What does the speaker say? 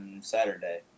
Saturday